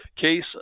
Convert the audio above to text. case